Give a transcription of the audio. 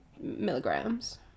milligrams